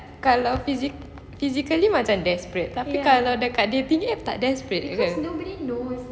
kalau physical physically macam desperate tapi kalau dalam dating app tak desperate ke